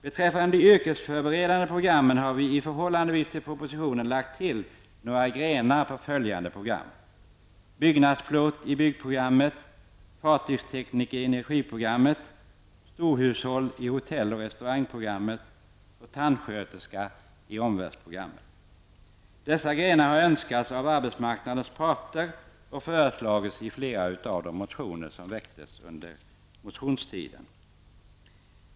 Beträffande de yrkesförberedande programmen har vi i förhållande till propositionens förslag lagt till några grenar inom följande program: Byggnadsplåt i byggprogrammet, Fartygstekniker i energiprogrammet, Storhushåll i hotell och restaurangprogrammet, Tandsköterska i omvårdnadsprogrammet. Dessa grenar har önskats av arbetsmarknadens parter och föreslagits i flera av de motioner som väcktes under allmänna motionstiden.